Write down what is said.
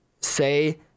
say